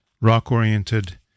rock-oriented